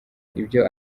ibyo